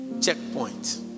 checkpoint